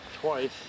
twice